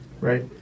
Right